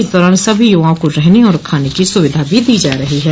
इस दौरान सभी युवाओं को रहने और खाने की सुविधा भी दी जा रही है